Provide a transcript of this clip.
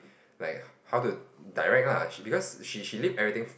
like how to direct lah because she she leaves everything